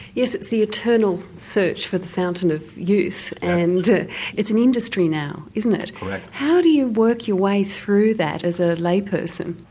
yes, it's the eternal search for the fountain of youth and it's an industry now, isn't it? how do you work your way through that as a lay person?